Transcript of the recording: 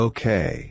Okay